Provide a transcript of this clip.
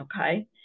Okay